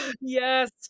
Yes